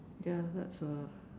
ya that's a